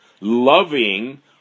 loving